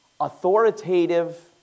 authoritative